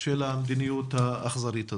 של המדיניות האכזרית הזו.